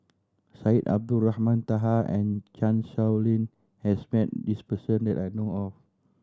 Syed Abdulrahman Taha and Chan Sow Lin has met this person that I know of